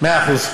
מאה אחוז.